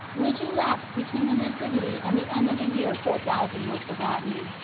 which elapsed between the nativity and the end of the year four thousand were forgotten,